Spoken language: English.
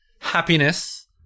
happiness